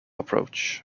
approach